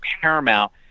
Paramount